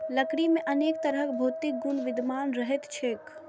लकड़ी मे अनेक तरहक भौतिक गुण विद्यमान रहैत छैक